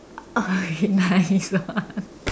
nice one